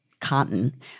cotton